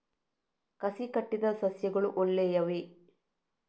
ಕಸಿ ಕಟ್ಟಿದ ಸಸ್ಯಗಳು ಒಳ್ಳೆಯವೇ?